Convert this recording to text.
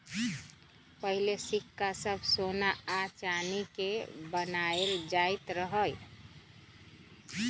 पहिले सिक्का सभ सोना आऽ चानी के बनाएल जाइत रहइ